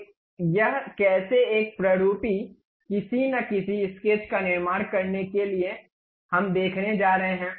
तो यह कैसे एक प्ररूपी किसी न किसी स्केच का निर्माण करने के लिए हम देखने जा रहे हैं